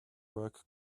work